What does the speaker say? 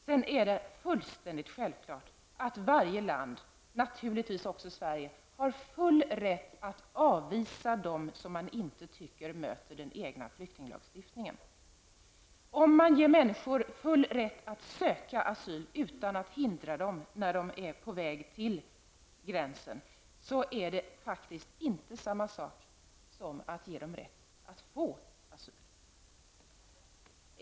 Sedan är det fullständigt självklart att varje land, naturligtvis även Sverige, har full rätt att avvisa dem som man inte tycker möter den egna flyktinglagstiftningen. Att ge människor full rätt att söka asyl utan att hindra dem när de är på väg till gränsen, är faktiskt inte samma sak som att ge dem rätt att få asyl.